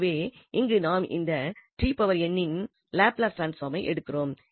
எனவே இங்கு நாம் இந்த இன் லாப்லஸ் டிரான்ஸ்பாமை எடுக்கிறோம்